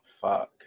fuck